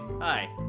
Hi